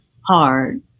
hard